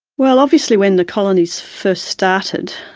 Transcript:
well obviously when the colonies first started,